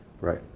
Right